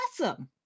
awesome